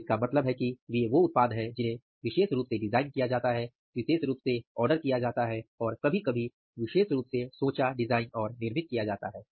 तो इसका मतलब है कि वे वो उत्पाद हैं जिन्हें विशेष रूप से डिज़ाइन किया जाता है विशेष रूप से ऑर्डर किया जाता है और कभी कभी विशेष रूप से सोचा डिज़ाइन और निर्मित किया जाता है